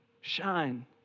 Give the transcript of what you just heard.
shine